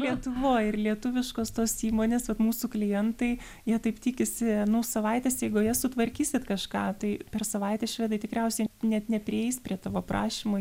lietuvoj ir lietuviškos tos įmonės vat mūsų klientai jie taip tikisi nu savaitės eigoje sutvarkysit kažką tai per savaitę švedai tikriausiai net neprieis prie tavo prašymo